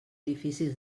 difícils